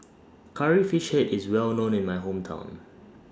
Curry Fish Head IS Well known in My Hometown